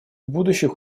будущих